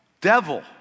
Devil